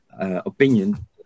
opinion